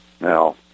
Now